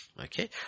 Okay